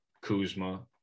kuzma